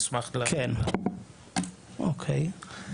כן, אוקיי.